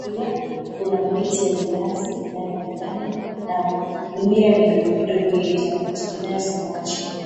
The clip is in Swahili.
pia kuna miti ya minazi inayoonekana na mimea midogo midogo inayosambaa chini.